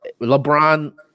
LeBron